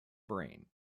brain